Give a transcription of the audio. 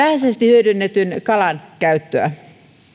hyödynnetyn kalan käyttöä